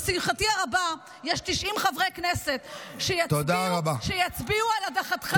לשמחתי הרבה יש 90 חברי כנסת שיצביעו על הדחתך.